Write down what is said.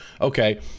okay